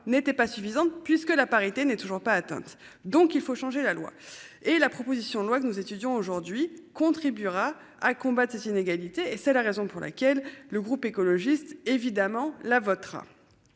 n'était pas suffisante puisque la parité n'est toujours pas atteinte. Donc il faut changer la loi et la proposition de loi que nous étudions aujourd'hui contribuera à combattre les inégalités. Et c'est la raison pour laquelle le groupe écologiste évidemment la vôtre.